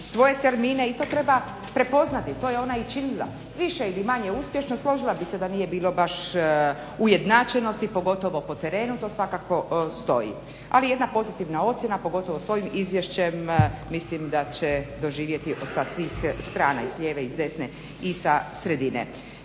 svoje termine i to treba prepoznati. To je ona i činila više ili manje uspješno. Složila bih se da nije bilo baš ujednačenosti pogotovo po terenu, to svakako stoji. Ali jedna pozitivna ocjena, pogotovo s ovim izvješćem mislim da će doživjeti sa svih strana i s lijeve i s desne i sa sredine.